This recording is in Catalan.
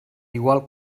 igual